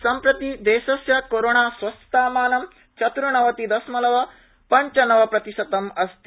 सम्प्रति देशस्य कोरोणास्वस्थतामानं चत्र्णवति दशमलव पंच नव प्रतिशतम् अस्ति